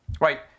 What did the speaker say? Right